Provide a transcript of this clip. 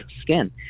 skin